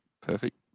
perfect